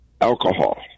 alcohol